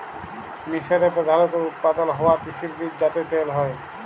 মিসরে প্রধালত উৎপাদল হ্য়ওয়া তিসির বীজ যাতে তেল হ্যয়